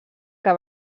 que